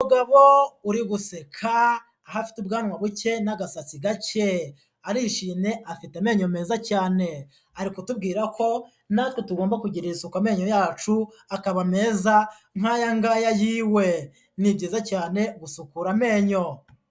Umugabo uri guseka aho afite ubwanwa buke n'agasatsi gake, arishimye afite amenyo meza cyane, ari kutubwira ko na twe tugomba kugirira isukuka amenyo yacu akaba meza nk'aya ngaya yiwe. Ni byiza cyane gusukura amenyo.